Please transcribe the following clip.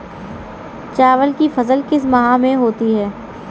चावल की फसल किस माह में होती है?